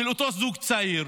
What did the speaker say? של אותו זוג צעיר,